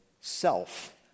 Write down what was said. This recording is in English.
self